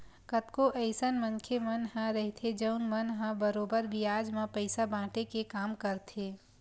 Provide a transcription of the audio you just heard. कतको अइसन मनखे मन ह रहिथे जउन मन ह बरोबर बियाज म पइसा बाटे के काम करथे